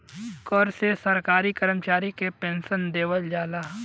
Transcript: कर से सरकारी करमचारी के पेन्सन देवल जाला